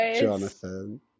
Jonathan